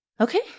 Okay